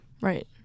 right